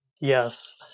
Yes